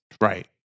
Right